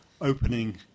opening